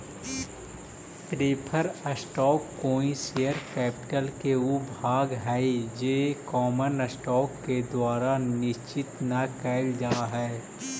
preferred stock कोई share capital के ऊ भाग हइ जे कॉमन स्टॉक के द्वारा निर्देशित न कैल जा हइ